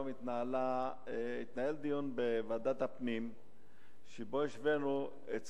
היום התנהל בוועדת הפנים דיון שבו השווינו